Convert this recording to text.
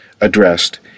addressed